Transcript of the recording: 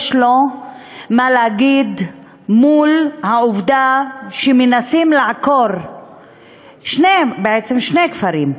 מה שיש לו להגיד מול העובדה שמנסים לעקור שני כפרים,